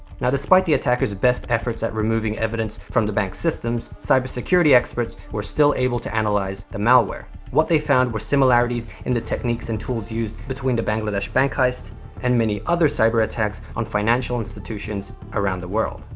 now, despite the attackers best efforts at removing evidence from the bank's systems, cybersecurity experts were still able to analyze the malware. what they found were similarities in the techniques and tools used between the bangladesh bank heist and many other cyber attacks on financial institutions around the world.